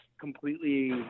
completely